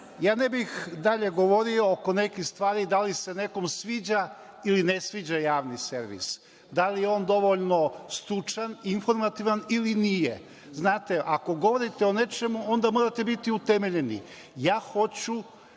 ja ne bih dalje govorio oko nekih stvari, da li se nekom sviđa ili ne sviđa javni servi, da li je on dovoljno stručna, informativan ili nije. Znate, ako govorite o nečemu, onda morate biti utemeljeni. Ja hoću